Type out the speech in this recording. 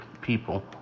people